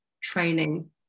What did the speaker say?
training